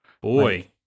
Boy